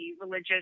religious